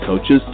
coaches